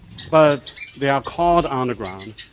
but they are called underground,